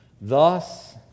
Thus